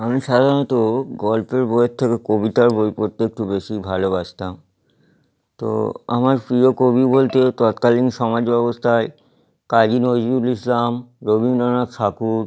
আমি সাধারণত গল্পের বইয়ের থেকেও কবিতার বই পড়তে একটু বেশিই ভালোবাসতাম তো আমার প্রিয় কবি বলতে তৎকালীন সমাজ ব্যবস্থায় কাজী নজরুল ইসলাম রবীন্দ্রনাথ ঠাকুর